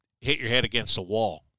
hit-your-head-against-the-wall